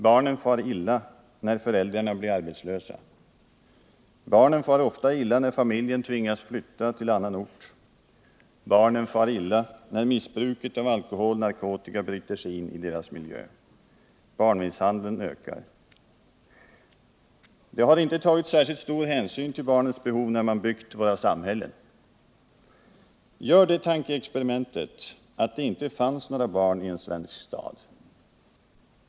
Barnen far illa när föräldrarna blir arbetslösa. Barnen far ofta illa när familjen tvingas flytta till annan ort. Barnen far illa när missbruket av alkohol och narkotika bryter sig in i deras miljö. Barnmisshandeln ökar. Det har inte tagits särskilt stor hänsyn till barnens behov när man byggt våra samhällen. Gör det tankeexperimentet att det inte fanns några barn i en svensk stad.